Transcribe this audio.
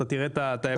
אתה תראה את ההבדל.